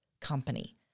company